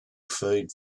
feed